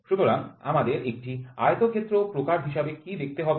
সুতরাং আয়তক্ষেত্রাকার গুলির জন্য আমাদের হিসাবে কী দেখতে হবে